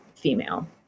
female